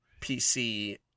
PC